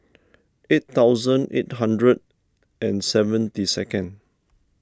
eight thousand eight hundred and seventy second